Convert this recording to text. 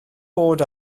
bod